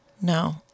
No